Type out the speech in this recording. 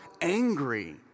angry